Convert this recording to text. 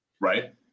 Right